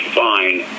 fine